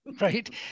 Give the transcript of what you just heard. right